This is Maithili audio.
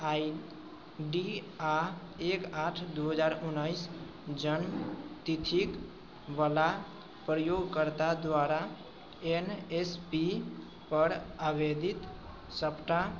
आइ डी आओर एक आठ दू हजार उनैस जन्मतिथिकेवला प्रयोगकर्ता द्वारा एन एस पी पर आवेदित सबटा